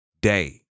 day